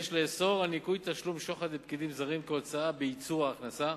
יש לאסור ניכוי תשלום שוחד לפקידים זרים כהוצאה בייצור הכנסה.